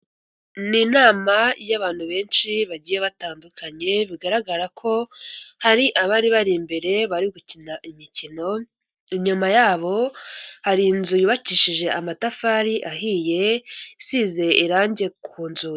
Ni inama y'abantu benshi bagiye batandukanye, bigaragara ko hari abari bari imbere bari gukina imikino, inyuma yabo hari inzu yubakishije amatafari ahiye, isize irangi ku nzugi.